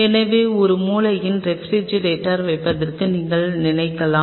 எனவே ஒரு மூலையில் ரெபிரிஜிரட்டோர் வைத்திருப்பதை நீங்கள் நினைக்கலாம்